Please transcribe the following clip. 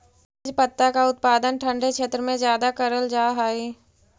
तेजपत्ता का उत्पादन ठंडे क्षेत्र में ज्यादा करल जा हई